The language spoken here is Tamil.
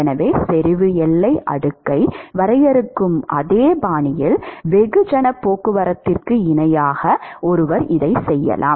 எனவே செறிவு எல்லை அடுக்கை வரையறுக்கும் அதே பாணியில் வெகுஜன போக்குவரத்திற்கு இணையாக ஒருவர் செய்யலாம்